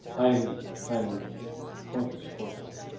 i'm i'm going to support this.